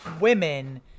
women